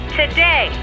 today